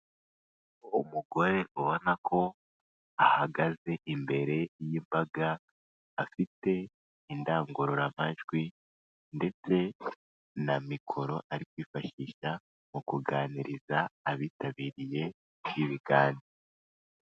Umugore ubona ko ahagaze imbere y'imbaga afite indangururamajwi ndetse na mikoro ari kwifashisha mu kuganiriza abitabiriye ibiganiro.